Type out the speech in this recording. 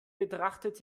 betrachtet